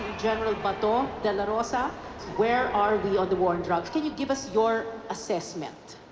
general bato dela rosa where are we on the war on drugs? can you give us your assessment?